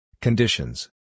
Conditions